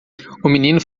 menino